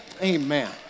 Amen